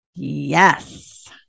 Yes